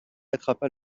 attrapa